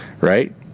Right